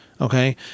Okay